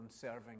serving